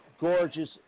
Gorgeous